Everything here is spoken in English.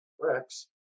Rex